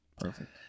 perfect